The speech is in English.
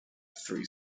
three